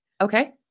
Okay